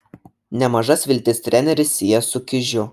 nemažas viltis treneris sieja su kižiu